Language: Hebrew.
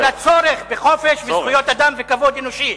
על הצורך בחופש וזכויות אדם וכבוד אנושי.